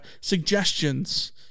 suggestions